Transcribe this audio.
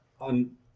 On